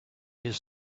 his